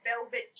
velvet